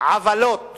עוולות